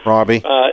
Robbie